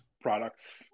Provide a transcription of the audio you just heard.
products